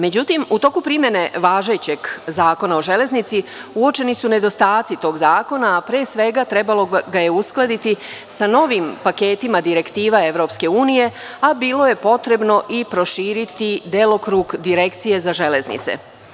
Međutim, u toku primene važećeg Zakona o železnici uočeni su nedostaci tog zakona, a pre svega trebalo ga je uskladiti sa novim paketima direktiva EU, a bilo je potrebno i proširiti delokrug Direkcije za železnice.